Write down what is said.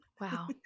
Wow